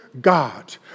God